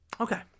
Okay